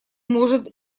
может